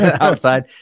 outside